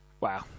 Wow